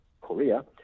Korea